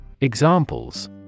Examples